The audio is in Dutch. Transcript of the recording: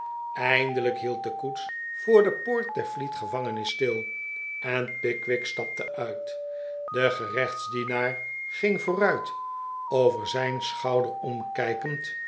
eindelijk hield de koets voor de poort der fleet gevangenis stil en pickwick stapte uit de gerechtsdienaar ging voor uit over zijn schouder omkijkend